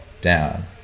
down